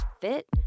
fit